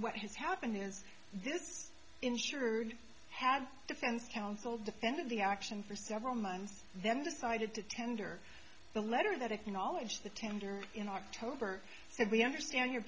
what has happened is this ensured has defense counsel defended the action for several months then decided to tender the letter that acknowledged the tender in october so we understand you